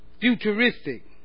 Futuristic